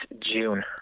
June